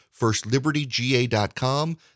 FirstLibertyGA.com